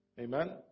Amen